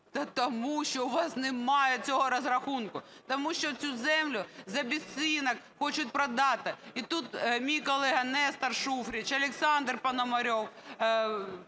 тому що у вас немає цього розрахунку. Тому що цю землю за безцінок хочуть продати. І тут мій колега Нестор Шуфрич, Олександр Пономарьов,